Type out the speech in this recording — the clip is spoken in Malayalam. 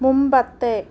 മുമ്പത്തെ